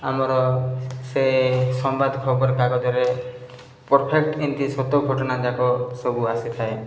ଆମର ସେ ସମ୍ବାଦ ଖବରକାଗଜରେ ପରଫେକ୍ଟ ଏମିତି ସତ ଘଟଣା ଯାକ ସବୁ ଆସିଥାଏ